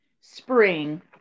Spring